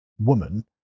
woman